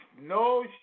no